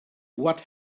what